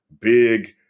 big